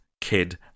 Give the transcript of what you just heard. Kid